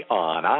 on